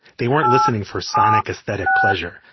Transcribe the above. they weren't listening for sonic aesthetic pleasure.